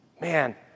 man